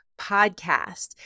podcast